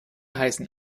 heißen